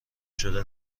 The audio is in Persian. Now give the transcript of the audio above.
شده